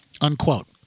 unquote